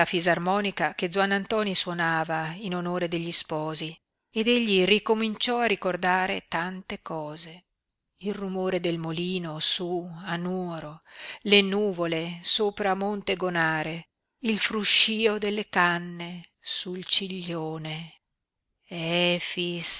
fisarmonica che zuannantoni suonava in onore degli sposi ed egli ricominciò a ricordare tante cose il rumore del molino su a nuoro le nuvole sopra monte gonare il fruscío delle canne sul ciglione efix